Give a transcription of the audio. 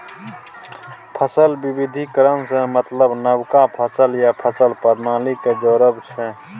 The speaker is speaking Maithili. फसल बिबिधीकरण सँ मतलब नबका फसल या फसल प्रणाली केँ जोरब छै